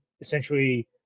essentially